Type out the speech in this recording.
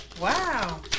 Wow